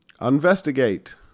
Investigate